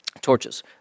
Torches